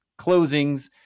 closings